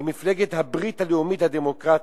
היא מפלגת הברית הלאומית הדמוקרטית,